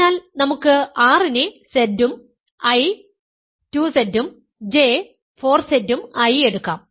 അതിനാൽ നമുക്ക് R നെ Z ഉം I 2Z ഉം J 4Z ഉം ആയി എടുക്കാം